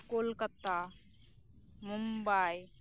Kolkata Mumbai